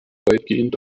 weitgehend